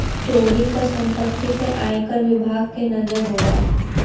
चोरी क सम्पति पे आयकर विभाग के नजर होला